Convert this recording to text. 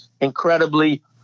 incredibly